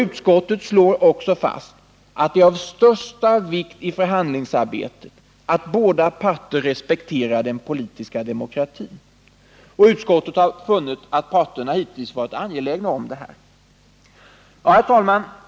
Utskottet slår också fast att det är av största vikt i förhandlingsarbetet att båda parter respekterar den politiska demokratin. Utskottet har funnit att parterna hittills har varit angelägna om att göra detta. Herr talman!